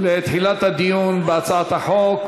לתחילת הדיון בהצעת החוק.